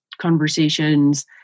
conversations